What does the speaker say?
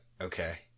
okay